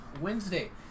Wednesday